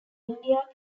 india